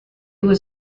was